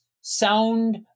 sound